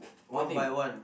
one by one